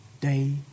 day